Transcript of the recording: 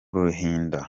ruhinda